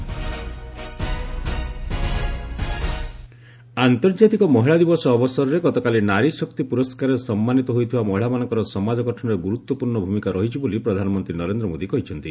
PM ନାରୀଶକ୍ତି ଆନ୍ତର୍ଜାତିକ ମହିଳା ଦିବସ ଅବସରରେ ଗତକାଲି ନାରୀଶକ୍ତି ପ୍ରରସ୍କାରରେ ସମ୍ମାନିତ ହୋଇଥିବା ମହିଳାମାନଙ୍କର ସମାଜ ଗଠନରେ ଗୁରୁତ୍ୱପୂର୍ଣ୍ଣ ଭୂମିକା ରହିଛି ବୋଲି ପ୍ରଧାନମନ୍ତ୍ରୀ ନରେନ୍ଦ୍ର ମୋଦି କହିଛନ୍ତି